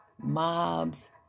mobs